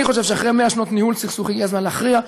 אני חושב שאחרי 100 שנות ניהול סכסוך הגיע הזמן להכריע.